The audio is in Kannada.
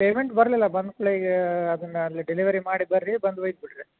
ಪೇಮೆಂಟ್ ಬರಲಿಲ್ಲ ಬಂದ್ಕುಳೆ ಅದನ್ನು ಅಲ್ಲಿ ಡೆಲಿವರಿ ಮಾಡಿ ಬನ್ರಿ ಬಂದು ಒಯ್ದು ಬಿಡ್ರಿ